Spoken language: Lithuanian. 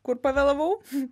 kur pavėlavau